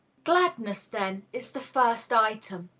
gladness, then, is the first item,